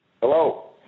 Hello